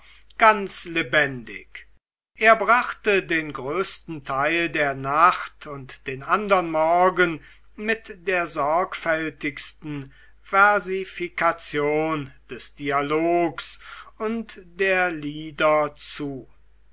ganz lebendig er brachte den größten teil der nacht und den andern morgen mit der sorgfältigsten versifikation des dialogs und der lieder zu